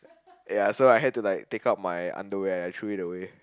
ya so I had to like take out my underwear I threw it away